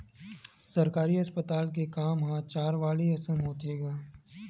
सरकारी अस्पताल के काम ह चारवाली असन होथे गा